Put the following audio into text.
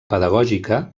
pedagògica